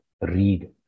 read